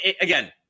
again